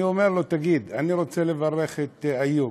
אני אומר לו, תגיד, אני רוצה לברך את איוב,